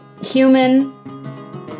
human